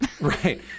Right